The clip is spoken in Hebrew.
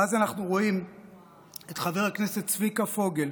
ואז אנחנו רואים את חבר הכנסת צביקה פוגל,